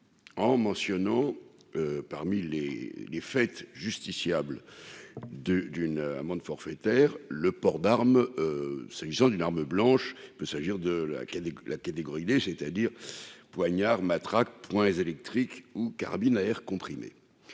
en mentionnant parmi les les fêtes justiciable de d'une amende forfaitaire, le port d'arme, c'est d'une arme blanche, il peut s'agir de la la catégorie D c'est-à-dire poignard matraque point électrique ou carabine à air comprimé,